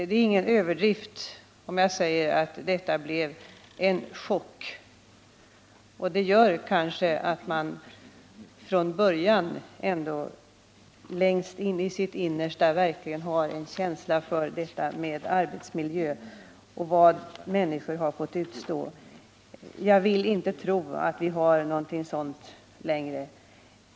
Det är ingen överdrift om jag säger att detta blev en chock. Den upplevelsen gör kanske att jag längst inne i mitt innersta har en känsla för detta med arbetsmiljö och vad människor har fått utstå. Jag vill inte tro att vi har någonting sådant längre.